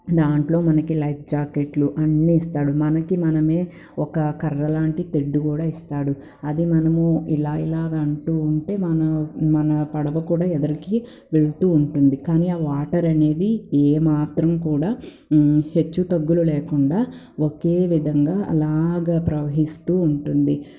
దాంట్లో మనకి లైఫ్ జాకెట్లు అన్నీ ఇస్తాడు మనకిమనమే ఒక కర్రలాంటి తెడ్డు కూడా ఇస్తాడు అది మనము ఇలాఇలాగ అంటూవుంటే మన మన పడవ కూడా ఎదరికి వెళ్తూ ఉంటుంది కానీ ఆ వాటరనేది ఏమాత్రం కూడా హెచ్చుతగ్గులు లేకుండా ఒకే విధంగా అలాగ ప్రవహిస్తూ ఉంటుంది